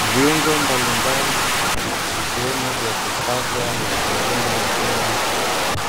Viungo mbalimbali vikiwemo vya kusagwa na vingine nzima